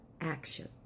action